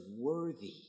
worthy